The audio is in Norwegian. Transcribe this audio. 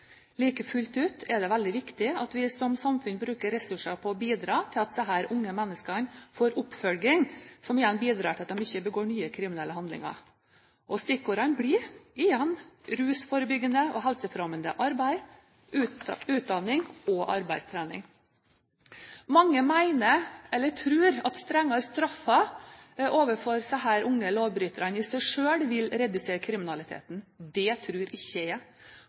Like fullt er det veldig viktig at vi som samfunn bruker ressurser på å bidra til at disse unge menneskene får oppfølging, som igjen bidrar til at de ikke begår nye kriminelle handlinger. Stikkordene blir igjen rusforebyggende og helsefremmende arbeid, utdanning og arbeidstrening. Mange mener, eller tror, at strengere straffer overfor disse unge lovbryterne i seg selv vil redusere kriminaliteten. Det tror ikke jeg.